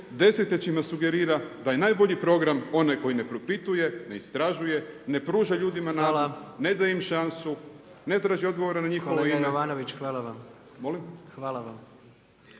desetljećima sugerira da je najbolji program onaj koji ne propituje, ne istražuje, ne pruža ljudima nadu, … …/Upadica predsjednik: